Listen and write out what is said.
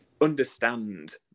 understand